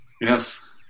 Yes